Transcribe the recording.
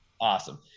Awesome